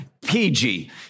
PG